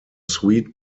sweet